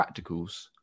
practicals